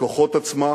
בכוחות עצמה,